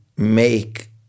make